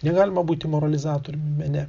negalima būti moralizatoriu mene